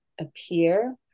appear